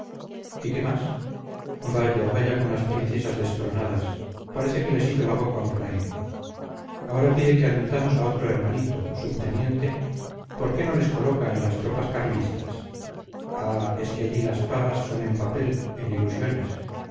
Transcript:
y qué más vaya vaya con las princesas destronadas parece que les hizo la boca un fraile ahora pide que admitamos a otro hermanito subteniente por qué no les coloca en las tropas carlistas ah es que allí las pagas son en papel en ilusiones